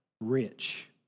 rich